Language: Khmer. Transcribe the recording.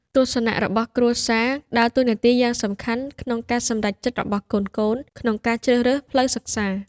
ទស្សនៈរបស់គ្រួសារ ដើរតួនាទីយ៉ាងសំខាន់ក្នុងការសម្រេចចិត្តរបស់កូនៗក្នុងការជ្រើសរើសផ្លូវសិក្សា។